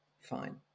Fine